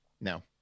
No